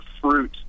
fruit